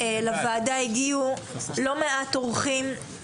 לוועדה הגיעו לא מעט אורחים,